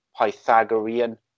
Pythagorean